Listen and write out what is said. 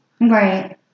Right